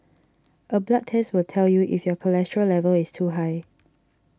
a blood test will tell you if your cholesterol level is too high